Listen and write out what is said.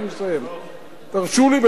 תרשו לי, בתור חברים, להגיד לכם: